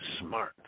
smart